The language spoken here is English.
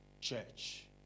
church